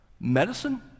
Medicine